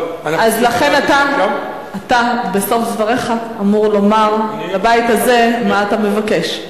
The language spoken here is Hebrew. לכן אתה בסוף דבריך אמור לומר לבית הזה מה אתה מבקש.